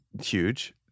huge